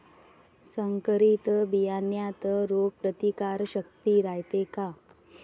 संकरित बियान्यात रोग प्रतिकारशक्ती रायते का?